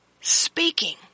speaking